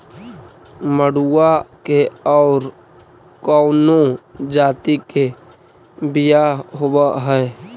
मडूया के और कौनो जाति के बियाह होव हैं?